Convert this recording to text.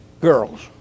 girls